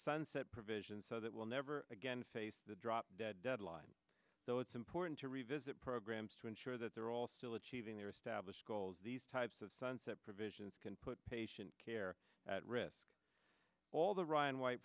sunset provision so that will never again face the drop dead deadline so it's important to revisit programs to ensure that they're all still achieving their established goals these types of sunset provisions can put patient care at risk all the ryan white